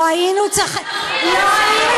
לא היינו צריכים להגיע,